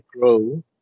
grow